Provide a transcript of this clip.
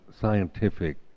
scientific